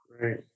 Great